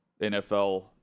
NFL